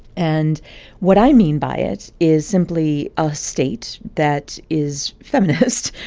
and what i mean by it is simply a state that is feminist.